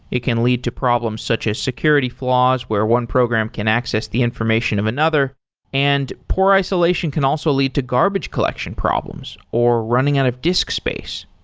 it can lead to problems such as security flaws, where one program can access the information of another and poor isolation can also lead to garbage collection problems, or running out of disk space.